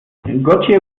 gotje